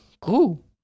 cool